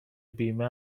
بیمه